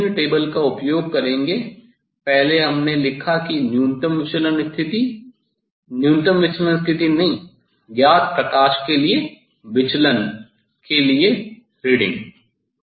आप विभिन्न टेबल का उपयोग करेंगे पहले हमने लिखा कि न्यूनतम विचलन स्थिति न्यूनतम विचलन स्थिति नहीं ज्ञात प्रकाश के विचलन के लिए रीडिंग